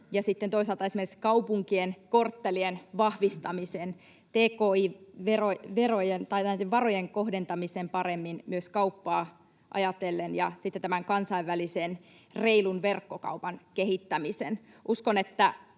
toisaalta esimerkiksi kaupunkien korttelien vahvistamisen, tki-varojen kohdentamisen paremmin myös kauppaa ajatellen ja sitten tämän kansainvälisen reilun verkkokaupan kehittämisen.